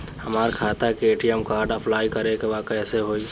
हमार खाता के ए.टी.एम कार्ड अप्लाई करे के बा कैसे होई?